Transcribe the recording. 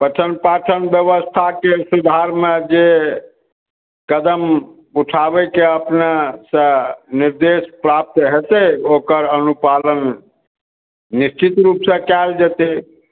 पठन पाठनके व्यवस्थाके सुधारमे जे कदम उठावैके अपने सँ निर्देश प्राप्त हेतै ओकर अनुपालन निश्चित रुपसँ कयल जेतै